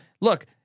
Look